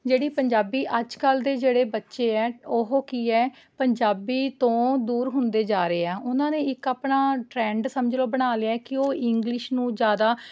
ਜਿਹੜੀ ਪੰਜਾਬੀ ਅੱਜ ਕੱਲ੍ਹ ਦੇ ਜਿਹੜੇ ਬੱਚੇ ਹੈ ਉਹ ਕੀ ਹੈ ਪੰਜਾਬੀ ਤੋਂ ਦੂਰ ਹੁੰਦੇ ਜਾ ਰਹੇ ਹੈੈੈੈ ਉਨ੍ਹਾਂ ਨੇ ਇੱਕ ਆਪਣਾ ਟ੍ਰੈਂਡ ਸਮਝ ਲਉ ਬਣਾ ਲਿਆ ਕਿ ਉਹ ਇੰਗਲਿਸ਼ ਨੂੰ ਜ਼ਿਆਦਾ